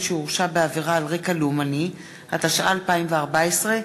התשע"ה 2014,